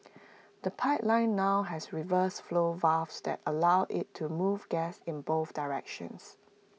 the pipeline now has reverse flow valves that allow IT to move gas in both directions